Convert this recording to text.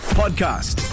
podcast